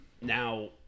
now